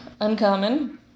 uncommon